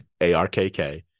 ARKK